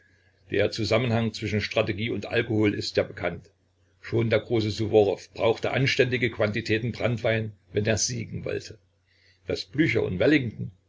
der zusammenhang zwischen strategie und alkohol ist ja bekannt schon der große suworow brauchte anständige quantitäten branntwein wenn er siegen wollte daß blücher und wellington